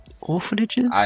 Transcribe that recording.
Orphanages